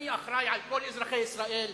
אני אחראי לכל אזרחי ישראל,